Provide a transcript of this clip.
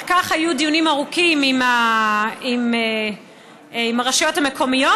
על כך היו דיונים ארוכים עם הרשויות המקומיות,